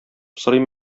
сорыйм